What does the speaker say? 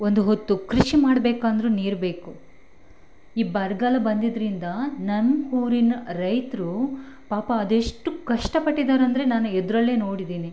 ಒಂದು ಹೊತ್ತು ಕೃಷಿ ಮಾಡಬೇಕಂದ್ರೂ ನೀರು ಬೇಕು ಈ ಬರಗಾಲ ಬಂದಿದ್ದರಿಂದ ನಮ್ಮ ಊರಿನ ರೈತ್ರು ಪಾಪ ಅದೆಷ್ಟು ಕಷ್ಟಪಟ್ಟಿದಾರೆ ಅಂದರೆ ನಾನು ಎದುರಲ್ಲೇ ನೋಡಿದ್ದೀನಿ